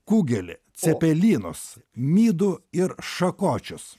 kugelį cepelinus midų ir šakočius